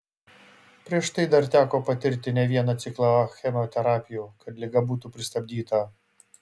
prieš tai dar teko patirti ne vieną ciklą chemoterapijų kad liga būtų pristabdyta